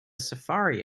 safari